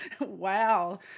wow